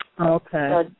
Okay